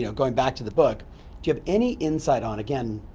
you know going back to the book, do you have any insight on again,